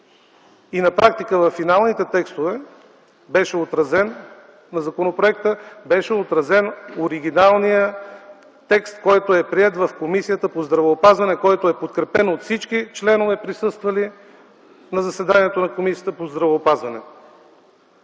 На практика във финалните текстове на законопроекта беше отразен оригиналният текст, който е приет в Комисията по здравеопазване, който е подкрепен от всички членове, присъствали на заседанието на Комисията по здравеопазването.